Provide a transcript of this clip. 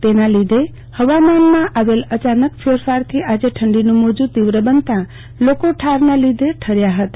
તેના લીધ હવામાનમાં આવેલ અચાનક ફેરફારથી આજે ઠડી નું મોજું તીવ્ર બનતા લોકો ઠારના લીધે ઠયા હતા